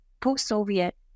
post-Soviet